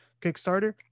kickstarter